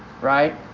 right